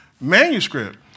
manuscript